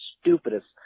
stupidest